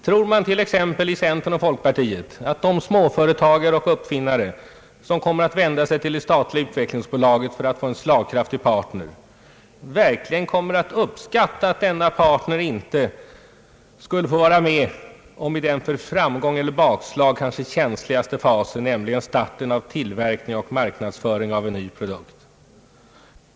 Tror man t.ex. i centern och folkpartiet att de småföretagare och uppfinnare, som kommer att vända sig till det statliga utvecklingsbolaget för att få en slagkraftig partner, verkligen kommer att uppskatta att denna partner inte skulle få vara med i den för framgång eller bakslag kanske känsligaste fasen, nämligen starten av tillverkning och marknadsföring av en ny produkt?